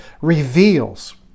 reveals